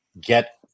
get